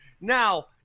Now